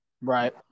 right